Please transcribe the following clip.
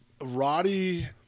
Roddy